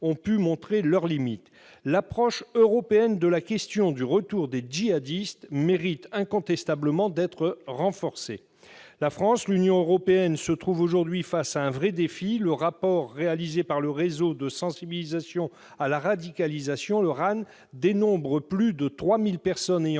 pu montrer leurs limites. L'approche européenne de la question du retour des djihadistes mérite incontestablement d'être renforcée. La France et l'Union européenne se trouvent aujourd'hui confrontées à un vrai défi. Le rapport réalisé par le réseau de sensibilisation à la radicalisation, le RAN, dénombre plus de 3 000 personnes ayant